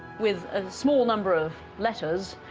with a small number of letters,